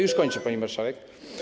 Już kończę, pani marszałek.